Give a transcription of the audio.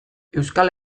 euskal